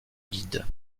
guide